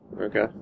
Okay